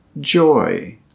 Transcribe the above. joy